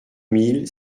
mille